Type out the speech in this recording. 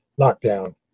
lockdown